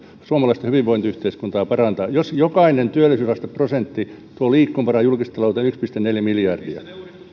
suomalaista hyvinvointiyhteiskuntaa parantaa jos jokainen työllisyysasteprosentti tuo liikkumavaraa julkistalouteen yksi pilkku neljä miljardia